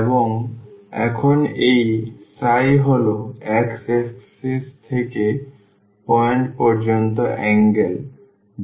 এবং এখন এই হল x axis থেকে পয়েন্ট পর্যন্ত অ্যাঙ্গেল